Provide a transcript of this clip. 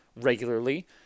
regularly